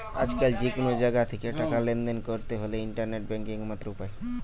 আজকাল যে কুনো জাগা থিকে টাকা লেনদেন কোরতে হলে ইন্টারনেট ব্যাংকিং একমাত্র উপায়